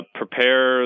prepare